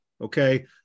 Okay